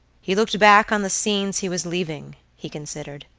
he looked back on the scenes he was leaving, he considered,